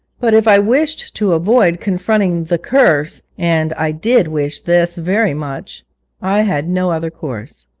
but if i wished to avoid confronting the curse and i did wish this very much i had no other course.